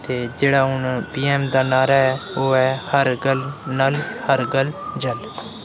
ते जेह्ड़ा हून पीएम दा नारा ऐ ओह् ऐ हर घर नल हर घर जल